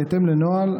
בהתאם לנוהל,